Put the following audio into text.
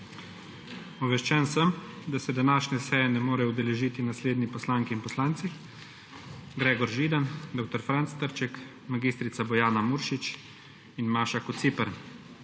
Obveščen sem, da se današnje seje ne morejo udeležiti naslednji poslanke in poslanci: Gregor Židan, dr. Franc Trček, mag. Bojana Muršič in Maša Kociper.